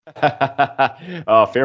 Fair